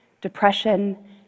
depression